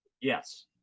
yes